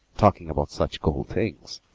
talking about such cold things!